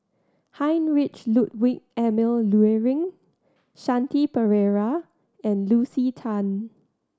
Heinrich Ludwig Emil Luering Shanti Pereira and Lucy Tan